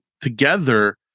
together